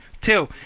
Two